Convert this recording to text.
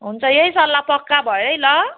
हुन्छ यही सल्लाह पक्का भयो है ल